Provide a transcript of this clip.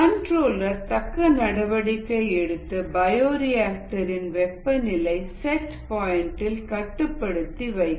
controller தக்க நடவடிக்கை எடுத்து பயோரிஆக்டர் இன் வெப்பநிலையை செட் பாயிண்டில் கட்டுப்படுத்தி வைக்கும்